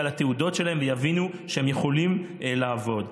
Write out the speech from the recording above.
לתעודות שלהם ויבינו שהם יכולים לעבוד.